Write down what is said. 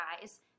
guys